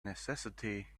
necessity